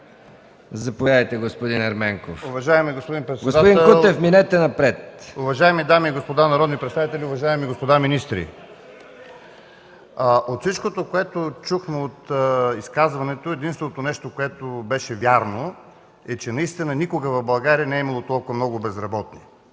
заповядайте. ТАСКО ЕРМЕНКОВ (КБ): Уважаеми господин председател, уважаеми дами и господа народни представители, уважаеми господа министри! От всичко, което чухме в изказването, единственото нещо, което беше вярно, е, че наистина никога в България не е имало толкова много безработни.